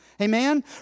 Amen